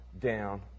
down